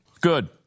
Good